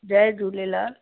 Jay Jhulelal